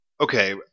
Okay